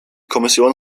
kommission